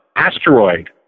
Asteroid